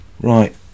Right